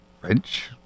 french